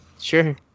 Sure